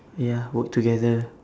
ya work together